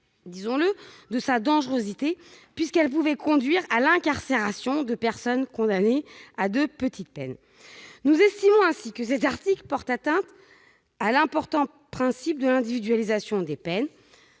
et même de sa dangerosité. Elle pouvait en effet conduire à l'incarcération de personnes condamnées à de petites peines. Nous estimons que le présent article porte atteinte à l'important principe de l'individualisation des peines.